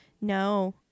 no